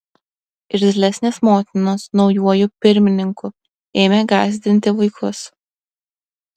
irzlesnės motinos naujuoju pirmininku ėmė gąsdinti vaikus